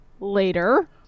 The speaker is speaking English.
later